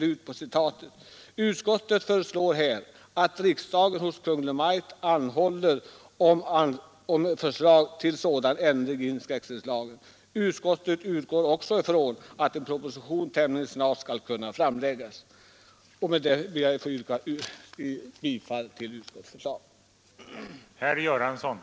Utskottet föreslår här att riksdagen hos Kungl. Maj:t anhåller om förslag till ändring i inskränkningslagen. Utskottet utgår också ifrån att en proposition tämligen snabbt skall kunna framläggas. Med detta ber jag att få yrka bifall till utskottets förslag.